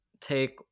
take